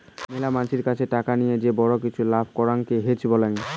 মেলা মানসিদের কাছে টাকা লিয়ে যে বড়ো কিছুতে খাটিয়ে লাভ করাঙকে হেজ বলাং